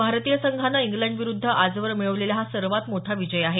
भारतीय संघानं इंग्लंडविरुद्ध आजवर मिळवलेला हा सर्वात मोठा विजय आहे